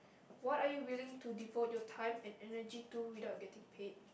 what are you willing to devote your time and energy to without getting paid